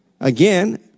again